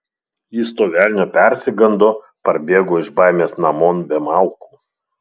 jis to velnio persigando parbėgo iš baimės namon be malkų